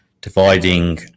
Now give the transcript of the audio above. dividing